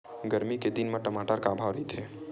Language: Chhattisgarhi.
गरमी के दिन म टमाटर का भाव रहिथे?